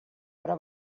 però